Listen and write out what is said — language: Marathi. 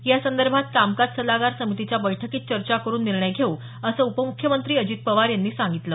यासंदर्भात कामकाज सल्लागार समितीच्या बैठकीत चर्चा करुन निर्णय घेऊ असं उपमुख्यमंत्री अजित पवार यांनी सांगितलं